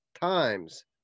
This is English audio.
times